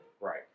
Right